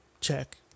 Check